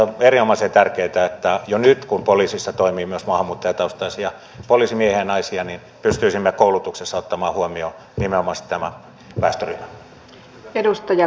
on erinomaisen tärkeätä että jo nyt kun poliisissa toimii myös maahanmuuttajataustaisia poliisimiehiä ja naisia pystyisimme koulutuksessa ottamaan huomioon nimenomaisesti tämän väestöryhmän